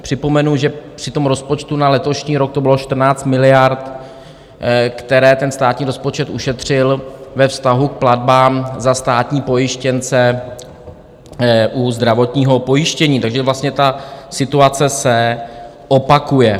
Připomenu, že při tom rozpočtu na letošní rok to bylo 14 miliard, které ten státní rozpočet ušetřil ve vztahu k platbám za státní pojištěnce u zdravotního pojištění, takže vlastně ta situace se opakuje.